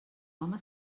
home